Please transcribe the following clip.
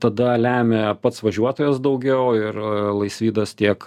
tada lemia pats važiuotojas daugiau ir laisvydas tiek